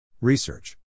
Research